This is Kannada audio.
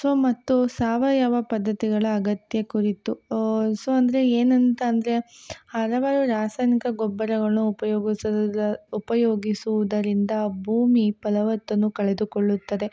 ಸೊ ಮತ್ತು ಸಾವಯವ ಪದ್ಧತಿಗಳ ಅಗತ್ಯ ಕುರಿತು ಸೊ ಅಂದರೆ ಏನಂತ ಅಂದರೆ ಹಲವಾರು ರಾಸಾಯನಿಕ ಗೊಬ್ಬರಗಳನ್ನು ಉಪಯೋಗಿಸೊ ಉಪಯೋಗಿಸುವುದರಿಂದ ಭೂಮಿ ಫಲವತ್ತನ್ನು ಕಳೆದುಕೊಳ್ಳುತ್ತದೆ